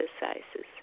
exercises